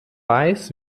weiß